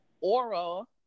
oral